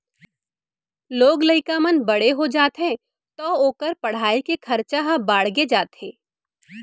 लोग लइका मन बड़े हो जाथें तौ ओकर पढ़ाई के खरचा ह बाड़गे जाथे